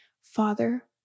Father